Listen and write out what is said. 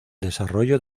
desarrollo